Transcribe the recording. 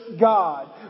God